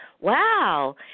wow